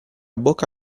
bocca